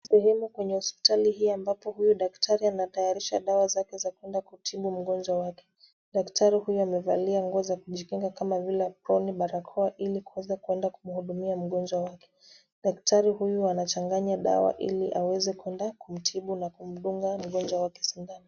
Sehemu kwenye hospitali hii ambapo huyu daktari anatayarisha dawa zake za kuenda kutibu mgonjwa wake. Daktari huyu amevalia nguo za kujikinga kama vile aproni na barakoa ili kuweza kuenda kumhudumia mgonjwa wake. Daktari huyu anachanganya dawa ili aweze kuenda kumtibu na kumdunga mgonjwa wake sindano.